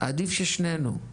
עדיף ששנינו.